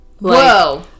Whoa